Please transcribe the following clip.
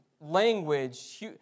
language